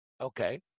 Okay